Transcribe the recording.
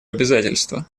обязательство